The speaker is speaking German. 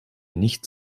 nicht